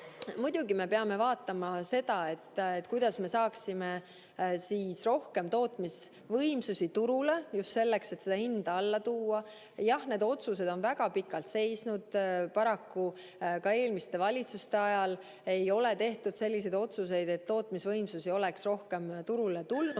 muidugi vaatama seda, kuidas me saaksime rohkem tootmisvõimsusi turule, just selleks, et hinda alla tuua. Jah, need otsused on väga pikalt seisnud, paraku ka eelmiste valitsuste ajal ei ole tehtud otsuseid, et tootmisvõimsusi oleks rohkem turule tulnud.